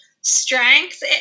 Strength